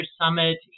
summit